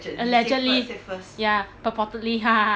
allegedly ya purportedly